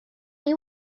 chi